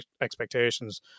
expectations